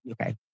Okay